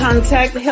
Contact